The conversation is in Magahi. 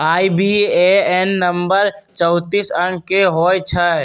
आई.बी.ए.एन नंबर चौतीस अंक के होइ छइ